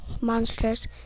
monsters